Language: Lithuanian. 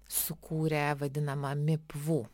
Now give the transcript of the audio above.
sukūrė vadinamą mipvu